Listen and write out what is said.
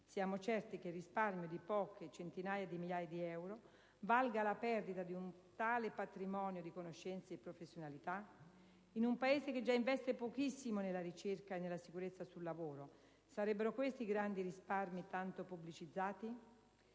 Siamo certi che il risparmio di poche centinaia di migliaia di euro valga la perdita di un tale patrimonio di conoscenze e professionalità? In un Paese che già investe pochissimo nella ricerca e nella sicurezza sul lavoro sarebbero questi i grandi risparmi tanto pubblicizzati?